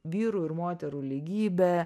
vyrų ir moterų lygybė